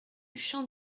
champ